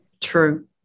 True